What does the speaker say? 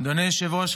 אני מזמין את חבר הכנסת